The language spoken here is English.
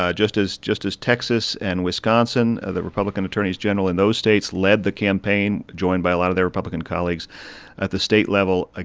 ah just as just as texas and wisconsin the republican attorneys general in those states led the campaign, joined by a lot of their republican colleagues at the state level,